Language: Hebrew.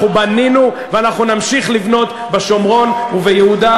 אנחנו בנינו ואנחנו נמשיך לבנות בשומרון וביהודה,